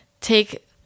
take